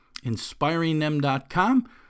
Inspiringthem.com